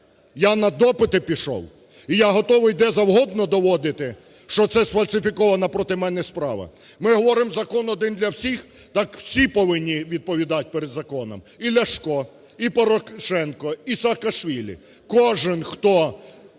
я на допити пішов. І я готовий де завгодно доводити, що це сфальсифікована проти мене справа. Ми говоримо закон один для всіх, так всі повинні відповідати перед законом: і Ляшко, і Порошенко, і Саакашвілі – кожен, хто